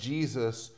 Jesus